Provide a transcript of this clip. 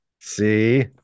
See